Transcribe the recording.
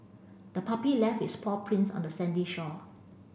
the puppy left its paw prints on the sandy shore